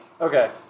Okay